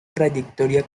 trayectoria